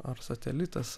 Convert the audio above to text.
ar satelitas